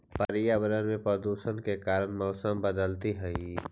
पर्यावरण में प्रदूषण के कारण मौसम बदलित हई